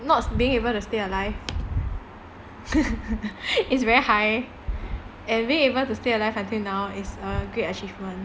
not being able to stay alive is very high and being able to stay alive until now is a great achievement